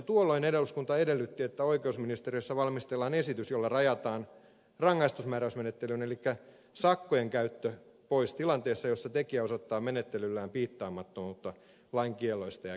tuolloin eduskunta edellytti että oikeusministeriössä valmistellaan esitys jolla rajataan rangaistusmääräysmenettelyn elikkä sakkojen käyttö pois tilanteessa jossa tekijä osoittaa menettelyllään piittaamattomuutta lain kielloista ja käskyistä